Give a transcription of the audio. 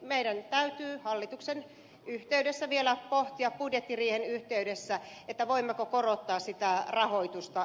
meidän täytyy hallituksessa vielä pohtia budjettiriihen yhteydessä voimmeko korottaa sitä rahoitusta